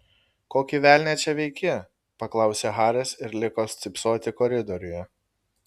kokį velnią čia veiki paklausė haris ir liko stypsoti koridoriuje